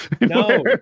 No